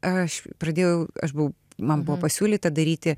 aš pradėjau aš buvau man buvo pasiūlyta daryti